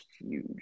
huge